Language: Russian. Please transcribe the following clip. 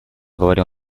говорил